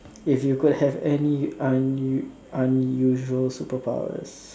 if you could have any un~ unusual superpowers